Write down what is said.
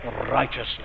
righteousness